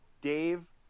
Dave